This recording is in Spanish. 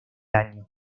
año